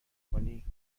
کنی